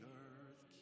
earth